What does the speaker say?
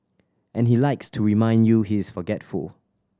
and he likes to remind you he is forgetful